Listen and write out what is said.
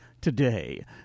today